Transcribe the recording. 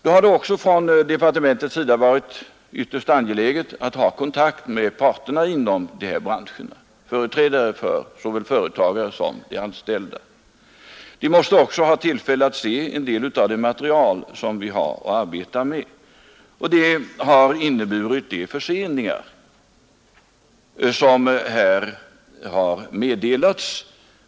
Det har från departementets sida betraktats som ytterst angeläget att ha kontakt med parterna inom dessa branscher — med företrädare för såväl företagare som anställda. Vi måste också ha tillfälle att se en del av det material som vi har att arbeta med. Det har, som här har meddelats, inneburit en del förseningar.